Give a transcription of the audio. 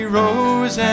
rose